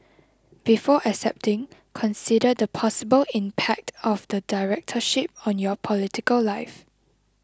before accepting consider the possible impact of the directorship on your political life